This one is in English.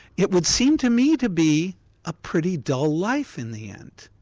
it would seem to me to be a pretty dull life in the end.